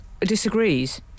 ...disagrees